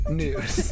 news